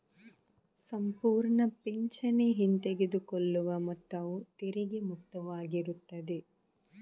ಸಂಪೂರ್ಣ ಪಿಂಚಣಿ ಹಿಂತೆಗೆದುಕೊಳ್ಳುವ ಮೊತ್ತವು ತೆರಿಗೆ ಮುಕ್ತವಾಗಿರುತ್ತದೆ